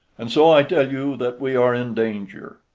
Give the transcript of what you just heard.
and so i tell you that we are in danger.